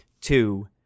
two